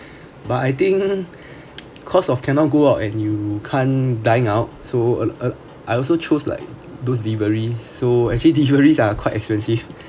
but I think cause of cannot go out and you can't dine out so uh uh I also choose like those deliveries so actually deliveries are quite expensive